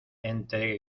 entre